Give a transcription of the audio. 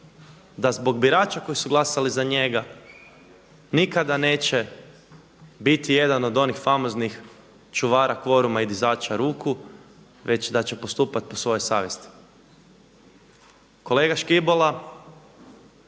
da zbog birača koji su glasali za njega nikada neće biti jedan od onih famoznih čuvara kvoruma i dizača ruku, već da će postupat po svojoj savjesti. Kolega Škibola